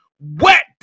wet